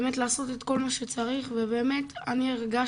באמת, לעשות את כל מה שצריך ובאמת, אני הרגשתי,